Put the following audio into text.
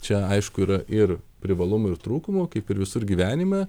čia aišku yra ir privalumų ir trūkumų kaip ir visur gyvenime